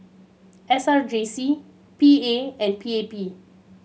S R J C P A and P A P